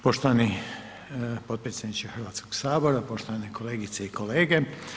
Poštovani potpredsjedniče Hrvatskog sabora, poštovane kolegice i kolege.